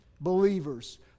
believers